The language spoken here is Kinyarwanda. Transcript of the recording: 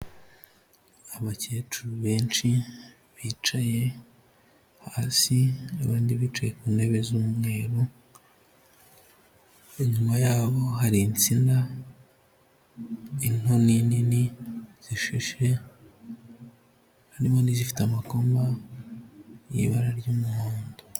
Abakecuru benshi bicaye hasi abandi bicaye ku ntebe z'umweru, inyuma yabo hari insina into n'inini zishishe, harimo n'izifite amakoma y'ibara ry'umuhondo.